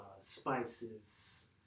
spices